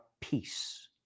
peace